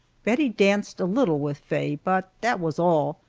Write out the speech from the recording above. bettie danced a little with faye, but that was all.